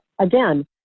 again